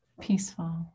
Peaceful